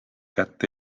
kätte